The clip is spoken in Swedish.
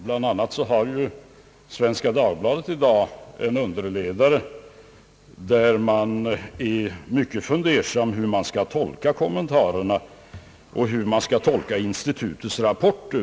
Bland annat har Svenska Dagbladet i dag en underledare, där man är mycket fundersam om hur man skall tolka kommentarerna och hur man skall tolka institutets rapport.